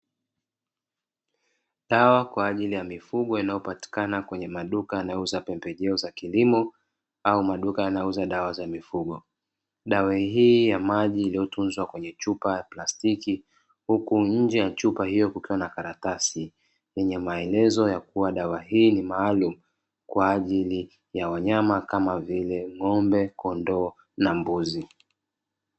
Dawa kwa ajili ya mifugo inayopatikana kwenye maduka yanayouza pembejeo za kilimo au maduka yanayouza dawa za mifugo. Dawa hii ya maji iliyotunzwa kwenye chupa ya plastiki, huku nje ya chupa hiyo kukiwa na karatasi yenye maelezo ya kuwa dawa hii ni maalumu kwa ajili ya wanyama kama vile: ng'ombe, kondoo na mbuzi.